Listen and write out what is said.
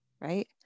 right